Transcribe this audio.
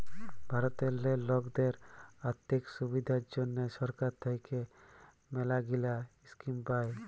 ভারতেল্লে লকদের আথ্থিক সুবিধার জ্যনহে সরকার থ্যাইকে ম্যালাগিলা ইস্কিম পায়